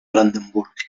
brandenburg